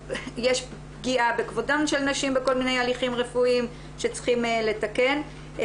פגיעה בכבודן של נשים בכל מיני הליכים רפואיים שצריכים לתקן.